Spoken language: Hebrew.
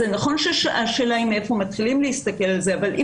זה נכון שהשאלה היא מהיכן מתחילים להסתכל על זה אבל אי